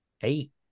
eight